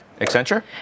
Accenture